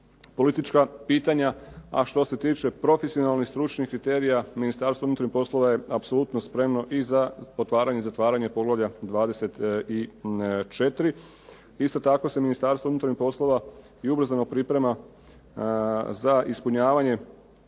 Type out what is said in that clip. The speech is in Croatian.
politička pitanja. A što se tiče profesionalnih i stručnih kriterija, Ministarstvo unutarnjih poslova je apsolutno spremno i za otvaranje i zatvaranje poglavlja 24. Isto tako se Ministarstvo unutarnjih poslova i ubrzano priprema za ispunjavanje